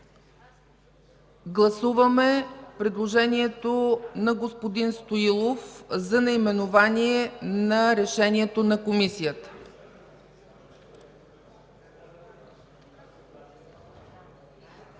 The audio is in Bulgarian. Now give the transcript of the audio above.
Гласуваме предложението на господин Стоилов за наименование на Решението за Комисията.